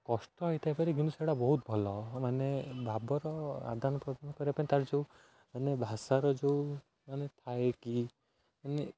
କଷ୍ଟ ହୋଇଥାଇପାରେ କିନ୍ତୁ ସେଇଟା ବହୁତ ଭଲ ମାନେ ଭାବର ଆଦାନ ପ୍ରଦାନ କରିବା ପାଇଁ ତା'ର ଯେଉଁମାନେ ଭାଷାର ଯେଉଁମାନେ ଥାଏ କି ମାନେ